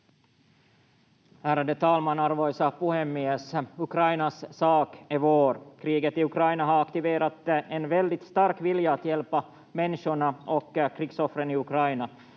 Ärade talman, arvoisa puhemies! Ukrainas sak är vår. Kriget i Ukraina har aktiverat en väldigt stark vilja att hjälpa människorna och krigsoffren i Ukraina.